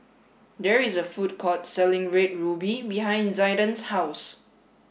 there is a food court selling red ruby behind Zaiden's house